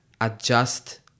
adjust